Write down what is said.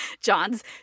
John's